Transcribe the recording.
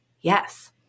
yes